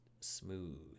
smooth